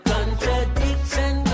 Contradiction